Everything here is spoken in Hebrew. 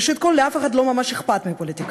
ראשית כול, לאף אחד לא ממש אכפת מפוליטיקאים.